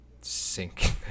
sink